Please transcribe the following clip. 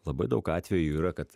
labai daug atvejų jau yra kad